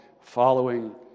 following